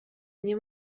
nie